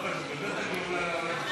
אני ויתרתי על הזכות, אייכלר.